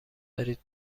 دارید